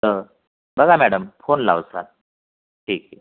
तर बघा madam phone लावशाल ठीक आहे